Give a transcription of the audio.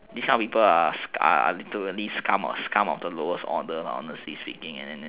these kind of people are really literally scum of scum of the lowest order honestly speaking